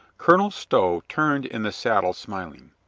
colonel stow turned in the saddle smiling.